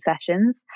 sessions